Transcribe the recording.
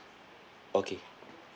okay